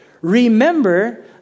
remember